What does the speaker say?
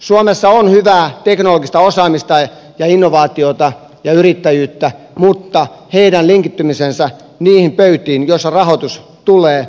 suomessa on hyvää teknologista osaamista ja innovaatiota ja yrittäjyyttä mutta heidän linkittymisensä niihin pöytiin joista rahoitus tulee puuttuu